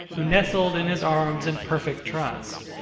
who nestled in his arms in perfect trust,